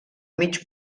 mig